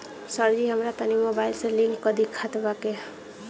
सरजी हमरा तनी मोबाइल से लिंक कदी खतबा के